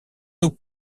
nous